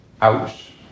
Ouch